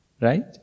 Right